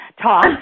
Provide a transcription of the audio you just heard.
talk